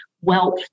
wealth